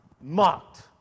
mocked